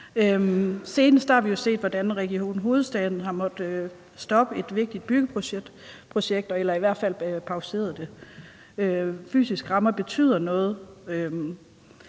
Senest har vi jo set, hvordan Region Hovedstaden har måttet stoppe et vigtigt byggeprojekt eller i hvert fald har pauseret det. Fysiske rammer betyder noget.